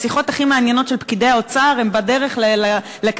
השיחות הכי מעניינות של פקידי האוצר הן בדרך לכאן,